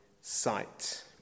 sight